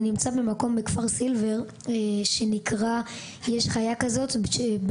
אני נמצא במקום בכפר סילבר שנקרא "יש חיה כזו".